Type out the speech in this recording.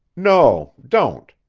no, don't,